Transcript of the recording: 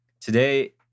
today